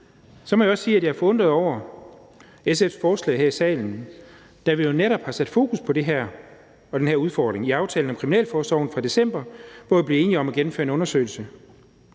jeg er forundret over SF's forslag her i salen, da vi jo netop har sat fokus på det her og den her udfordring i aftalen om kriminalforsorgen fra december, hvor vi blev enige om at gennemføre en undersøgelse.